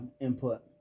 input